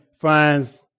finds